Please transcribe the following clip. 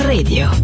Radio